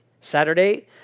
Saturday